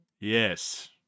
Yes